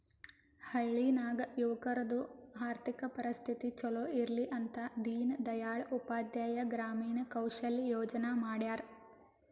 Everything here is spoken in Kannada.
ಹಳ್ಳಿ ನಾಗ್ ಯುವಕರದು ಆರ್ಥಿಕ ಪರಿಸ್ಥಿತಿ ಛಲೋ ಇರ್ಲಿ ಅಂತ ದೀನ್ ದಯಾಳ್ ಉಪಾಧ್ಯಾಯ ಗ್ರಾಮೀಣ ಕೌಶಲ್ಯ ಯೋಜನಾ ಮಾಡ್ಯಾರ್